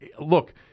Look